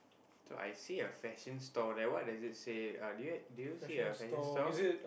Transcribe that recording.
so I see a fashion store there what does it say do you do you see a fashion store